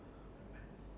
you had